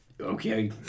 Okay